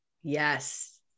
Yes